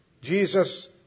Jesus